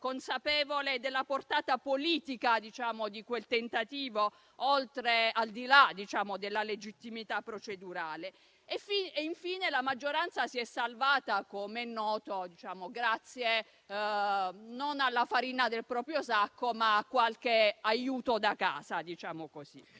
consapevole della portata politica di quel tentativo, al di là della legittimità procedurale. Infine, la maggioranza si è salvata, com'è noto, grazie, non alla farina del proprio sacco, ma a qualche aiuto da casa.